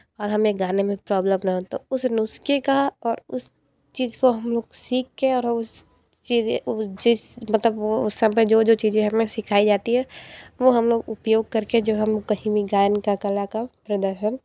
और हमें गाने में प्रॉब्लम ना हो तो उस नुस्के का और उस चीज़ को हम लोग सीख के और उस चीज़ें जिस मतलब वो सब में जो जो चीज़ें हमें सिखाई जाती है वो हम लोग उपयोग करके जो हम कहीं भी गायन का कला का प्रदर्शन